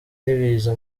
n’ibiza